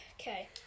Okay